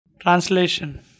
Translation